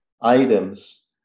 items